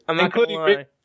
Including